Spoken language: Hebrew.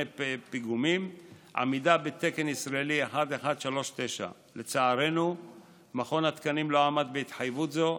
פיגומים עמידה בתקן ישראלי 1139. לצערנו מכון התקנים לא עמד בהתחייבות זו,